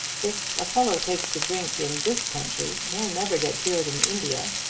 if a fellow takes to drink in this country, he'll never get cured in india.